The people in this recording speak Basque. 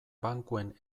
bankuen